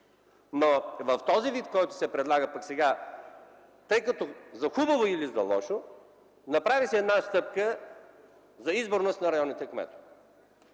В този вид, в който се предлага сега, за хубаво или за лошо, направиха една стъпка за изборност на районните кметове.